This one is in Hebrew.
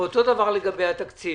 ואותו דבר לגבי התקציב.